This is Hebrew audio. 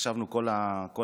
ישבנו כל הבנות,